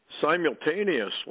simultaneously